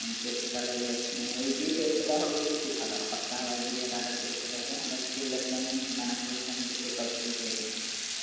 test এটা লৈ লওক মানে উইকলি টেষ্ট এটা হৈ ল'লে বেছি ভাল আৰু সপ্তাহ ৱাইজ যদি এটা এটা টেষ্ট পতা যায় সিহঁতৰ স্কিল ডেভেলপমেণ্ট কিমান আগবাঢ়িছে আমি তেতিয়া চেক আউট কৰিব পাৰি যাম